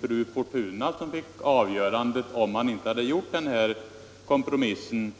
Fru Fortuna - om man inte hade gjort den här kompromissen — i sista hand skulle ha fått avgörandet i frågan.